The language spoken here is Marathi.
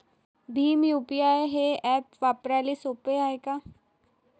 भीम यू.पी.आय हे ॲप वापराले सोपे हाय का?